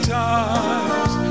times